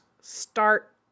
start